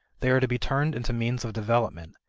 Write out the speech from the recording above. they are to be turned into means of development,